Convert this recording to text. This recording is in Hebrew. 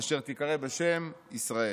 אשר תיקר​א בשם ישראל.